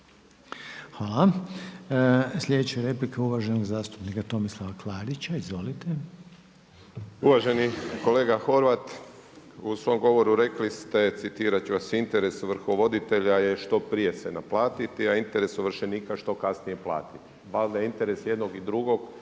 Hvala. Sljedeća replika je uvaženog zastupnika Tomislava Klarića. Izvolite. **Klarić, Tomislav (HDZ)** Uvaženi kolega Horvat, u svom govoru rekli ste citirat ću vas „Interes ovrhovoditelja je što prije se naplatiti, a interes ovršenika što kasnije platiti“, valjda je interes i jednog i drugog